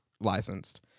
licensed